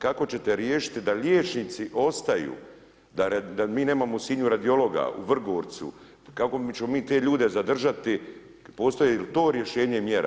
Kako ćete riješiti da liječnici ostaju, da mi nemamo u Sinju radiologa, u Vrgorcu, kako ćemo mi te ljude zadržati, postoji li to rješenje mjera?